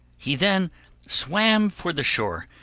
he then swam for the shore,